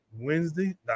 Wednesday